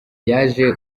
yaje